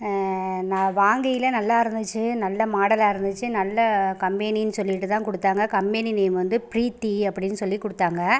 நான் வாங்கையில் நல்லா இருந்துச்சு நல்ல மாடலாக இருந்துச்சு நல்ல கம்பெனின்னு சொல்லிட்டு தான் கொடுத்தாங்க கம்பெனி நேம் வந்து ப்ரீத்தி அப்படின்னு சொல்லிக் கொடுத்தாங்க